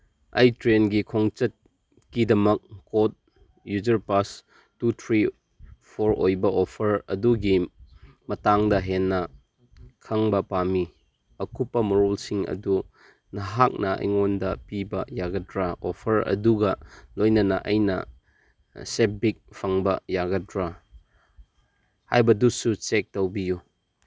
ꯑꯩ ꯇ꯭ꯔꯦꯟꯒꯤ ꯈꯣꯡꯆꯠꯀꯤꯗꯃꯛ code user pass two three four ꯑꯣꯏꯕ ꯑꯣꯐꯔ ꯑꯗꯨꯒꯤ ꯃꯇꯥꯡꯗ ꯍꯦꯟꯅ ꯈꯪꯕ ꯄꯥꯝꯃꯤ ꯑꯀꯨꯞꯄ ꯃꯔꯣꯜꯁꯤꯡ ꯑꯗꯨ ꯅꯍꯥꯛꯅ ꯑꯩꯉꯣꯟꯗ ꯄꯤꯕ ꯌꯥꯒꯗ꯭ꯔꯥ ꯑꯣꯐꯔ ꯑꯗꯨꯒ ꯂꯣꯏꯅꯅ ꯑꯩꯅ ꯁꯦꯞꯕꯤꯛ ꯐꯪꯕ ꯌꯥꯒꯗ꯭ꯔꯥ ꯍꯥꯏꯕꯗꯨꯁꯨ ꯆꯦꯛ ꯇꯧꯕꯤꯌꯨ